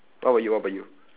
what about you what about you